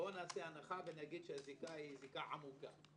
שלי ונאמר שזו זיקה עמוקה.